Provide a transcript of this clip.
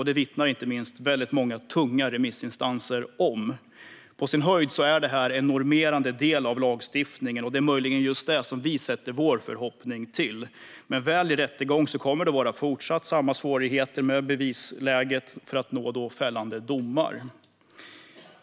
Det vittnar inte minst väldigt många tunga remissinstanser om. På sin höjd blir det en normerande del av lagstiftningen, och det är möjligen just det som vi sätter vår förhoppning till. Väl i rättegång kommer det dock fortsatt att vara samma bevissvårigheter för att nå fällande domar.